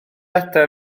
adre